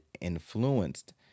influenced